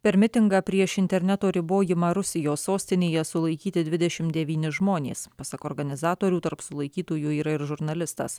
per mitingą prieš interneto ribojimą rusijos sostinėje sulaikyti dvidešim devyni žmonės pasak organizatorių tarp sulaikytųjų yra ir žurnalistas